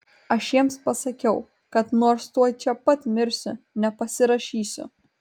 aš jiems pasakiau kad nors tuoj čia pat mirsiu nepasirašysiu